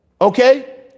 Okay